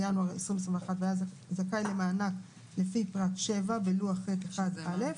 (1 בינואר 2021) והיה זכאי למענק לפי פרט (7) בלוח ח'1א,